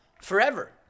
forever